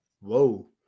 Whoa